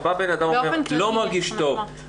בן אדם אומר שהוא לא מרגיש טוב,